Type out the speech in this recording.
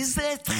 מי זה "אתכם"?